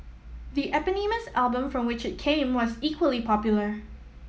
the eponymous album from which it came was equally popular